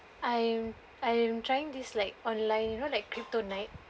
I'm I'm trying this like online you know like cryptonite